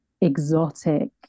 exotic